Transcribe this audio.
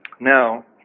Now